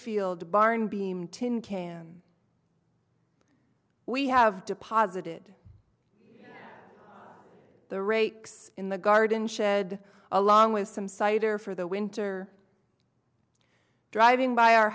field barn beam tin can we have deposited the rakes in the garden shed along with some cider for the winter driving by our